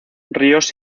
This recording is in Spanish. ríos